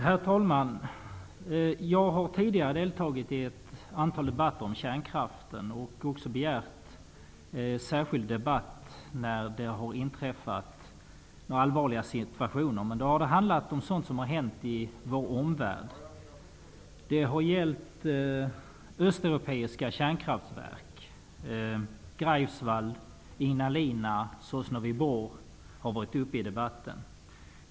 Herr talman! Jag har tidigare deltagit i ett antal debatter om kärnkraften och även begärt särskild debatt när det har inträffat allvarliga situationer. Då har det handlat om sådant som har hänt i vår omvärld. Det har gällt östeuropeiska kärnkraftverk. Greifswald, Ignalina och Sosnovyj Bor har varit uppe i debatten.